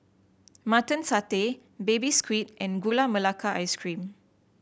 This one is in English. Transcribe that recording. Mutton Satay Baby Squid and Gula Melaka Ice Cream